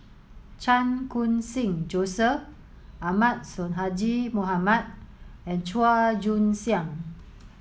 Chan Khun Sing Joseph Ahmad Sonhadji Mohamad and Chua Joon Siang